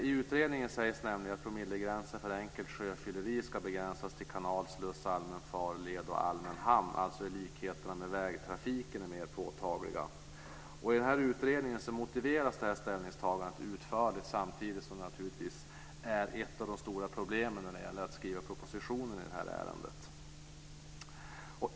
I utredningen sägs nämligen att promillegränsen för enkelt sjöfylleri ska begränsas till kanal, sluss, allmän farled och allmän hamn; alltså är likheterna med vägtrafiken mer påtagliga. I utredningen motiveras det här ställningstagandet utförligt samtidigt som det naturligtvis är ett av de stora problemen när det gäller att skriva propositionen i det här ärendet.